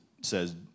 says